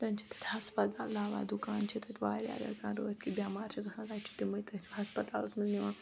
تَتٮ۪ن چھِکۍ ہسپَتال دَوا دُکان چھِ تَتہِ واریاہ اَگر کانہہ رٲتۍ کِیُتھ بیٚمار چھِ گَژھان تَتہِ چھِ تِمٕے تٔتھۍ ہسپَتالس مَنٛز نِوان